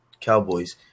Cowboys